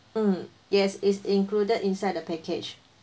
mm yes it's included inside the package